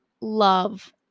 love